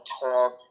told